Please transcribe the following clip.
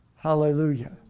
Hallelujah